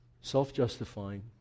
self-justifying